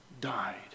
Died